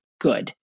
good